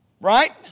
right